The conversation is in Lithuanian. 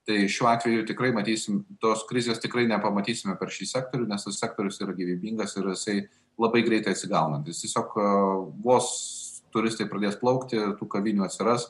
tai šiuo atveju tikrai matysim tos krizės tikrai nepamatysime per šį sektorių nes šis sektorius yra gyvybingas ir jisai labai greitai atsigaunantis tiesiog vos turistai pradės plaukti tų kavinių atsiras